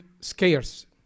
scarce